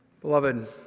Beloved